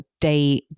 day